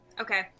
Okay